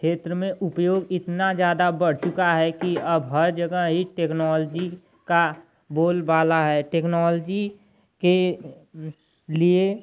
क्षेत्र में उपयोग इतना ज़्यादा बढ़ चुका है कि अब हर जगह एक टेक्नॉलजी का बोल बाला है टेक्नॉलजी के लिए